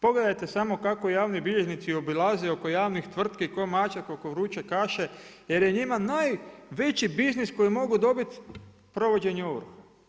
Pogledajte samo kako javni bilježnici obilaze oko javnih tvrtki ko mačak oko vruće kaše jer je njima najveći biznis koji mogu dobiti provođenje ovrha.